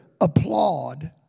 applaud